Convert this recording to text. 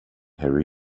her